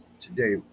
today